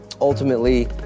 ultimately